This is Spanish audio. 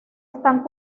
están